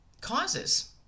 Causes